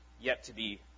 yet-to-be